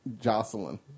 Jocelyn